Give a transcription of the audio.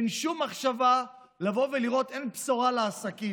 אין שום מחשבה לבוא ולראות, אין בשורה לעסקים,